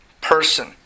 person